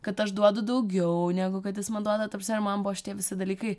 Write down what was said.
kad aš duodu daugiau negu kad jis man duoda ta prasme ir man buvo šitie visi dalykai